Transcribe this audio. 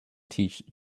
teach